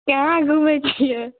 काहाँ घुमै छियै